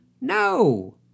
no